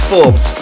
Forbes